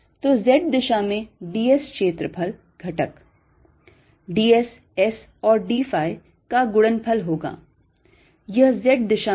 तो Z दिशा में ds क्षेत्रफल घटक d s S और d phi का गुणनफल होगा यह Z दिशा में है